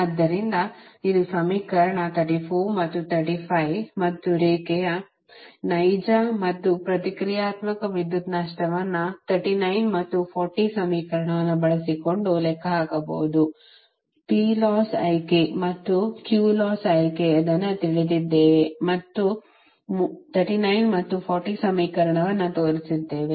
ಆದ್ದರಿಂದ ಇದು ಸಮೀಕರಣ 34 ಮತ್ತು 35 ಮತ್ತು ರೇಖೆಯ ನೈಜ ಮತ್ತು ಪ್ರತಿಕ್ರಿಯಾತ್ಮಕ ವಿದ್ಯುತ್ ನಷ್ಟವನ್ನು 39 ಮತ್ತು 40 ಸಮೀಕರಣವನ್ನು ಬಳಸಿಕೊಂಡು ಲೆಕ್ಕಹಾಕಬಹುದು ಮತ್ತು ಅದನ್ನು ತಿಳಿದಿದ್ದೇವೆ ಮತ್ತು 39 ಮತ್ತು 40 ಸಮೀಕರಣವನ್ನು ತೋರಿಸಿದ್ದೇವೆ